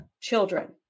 children